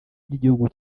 by’igihugu